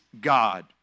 God